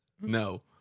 No